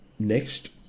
Next